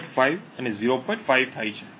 5 થાય છે